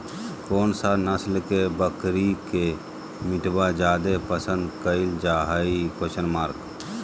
कौन सा नस्ल के बकरी के मीटबा जादे पसंद कइल जा हइ?